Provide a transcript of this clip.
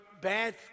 bad